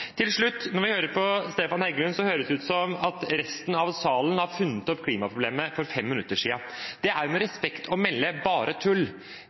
være slutt når vi ser hva amerikanerne gjør. Når vi hører Stefan Heggelund, høres det ut som om resten av salen har funnet opp klimaproblemet for fem minutter siden. Det er med respekt å melde bare tull.